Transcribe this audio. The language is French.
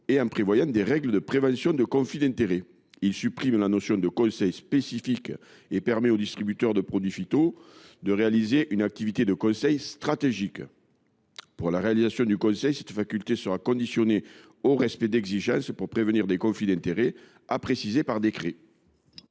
et en prévoyant des règles de prévention de conflits d’intérêts. Il vise aussi à supprimer la notion de conseil spécifique et à permettre aux distributeurs de produits phytopharmaceutiques de réaliser une activité de conseil stratégique. Pour la réalisation du conseil, cette faculté sera conditionnée au respect d’exigences pour prévenir des conflits d’intérêts, à préciser par décret.